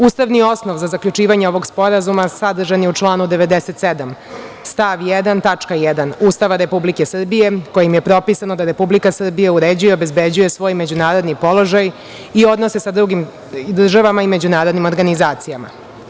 Ustavni osnov za zaključivanje ovog sporazuma sadržan je u članu 97. stav 1. tačka 1) Ustava Republike Srbije kojim je propisano da Republika Srbija uređuje i obezbeđuje svoj međunarodni položaj i odnose sa drugim državama i međunarodnim organizacijama.